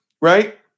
right